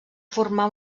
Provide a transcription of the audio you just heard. formar